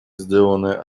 сделанное